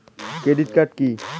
Credit card key?